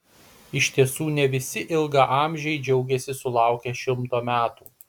iš tiesų ne visi ilgaamžiai džiaugiasi sulaukę šimto metų